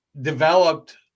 developed